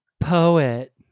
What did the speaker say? poet